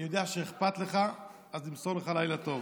אני יודע שאכפת לך, רק למסור לך: לילה טוב.